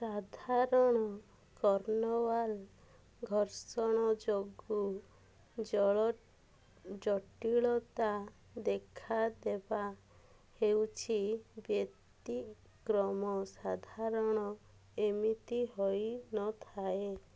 ସାଧାରଣ କର୍ଣ୍ଣଆଲ୍ ଘର୍ଷଣ ଯୋଗୁ ଜଳ ଜଟିଳତା ଦେଖାଦେବା ହେଉଛି ବ୍ୟତିକ୍ରମ ସାଧାରଣ ଏମିତି ହୋଇନଥାଏ